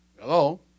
Hello